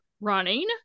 running